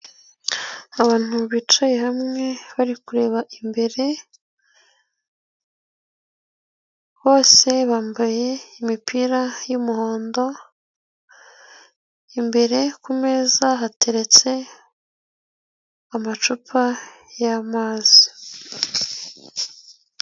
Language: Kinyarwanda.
Abantu bicaye hamwe bari kureba imbere bose bambaye imipira y'umuhondo, imbere ku meza hateretse amacupa y'amazi.